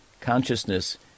consciousness